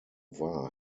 war